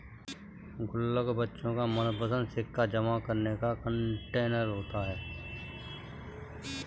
गुल्लक बच्चों का मनपंसद सिक्का जमा करने वाला कंटेनर होता है